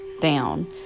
down